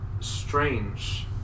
strange